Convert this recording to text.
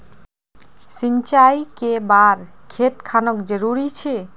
सिंचाई कै बार खेत खानोक जरुरी छै?